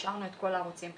השארנו את כל הערוצים פתוחים,